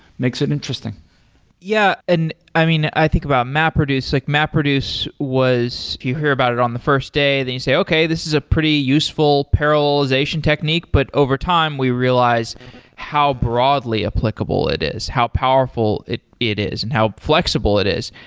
makes it interesting yeah. and i mean, i think about mapreduce, like mapreduce was do you hear about it on the first day and then you say, okay, this is a pretty useful parallelization technique, but over time we realize how broadly applicable it is. how powerful it it is and how flexible it is.